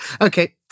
Okay